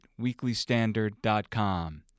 weeklystandard.com